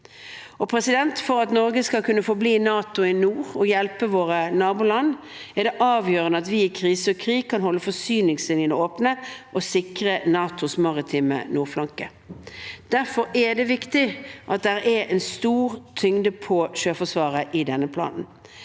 og USA. For at Norge skal kunne forbli i NATO i nord og hjelpe våre naboland, er det avgjørende at vi i krise og krig kan holde forsyningslinjene åpne og sikre NATOs maritime nordflanke. Derfor er det viktig at det er en stor tyngde på Sjøforsvaret i denne planen.